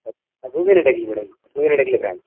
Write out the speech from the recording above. ಅದು ಅದು Huvina Hadagali madam Huvina Hadagali branch